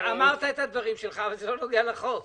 אמרת את מהדברים שלך אבל זה לא נוגע לחוק.